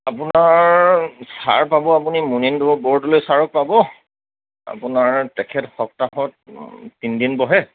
আপোনাৰ চাৰ পাব আপুনি মুনীন বৰদলৈ চাৰক পাব আপোনাৰ তেখেত সপ্তাহত তিনদিন বহে